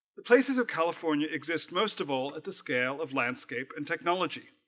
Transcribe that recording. the places of california exist most of all at the scale of landscape and technology